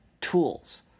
tools